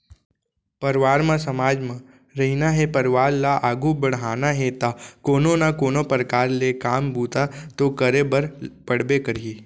परवार म समाज म रहिना हे परवार ल आघू बड़हाना हे ता कोनो ना कोनो परकार ले काम बूता तो करे बर पड़बे करही